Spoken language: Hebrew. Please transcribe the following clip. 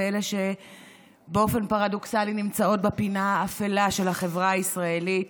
אלה שבאופן פרדוקסלי נמצאות בפינה האפלה של החברה הישראלית,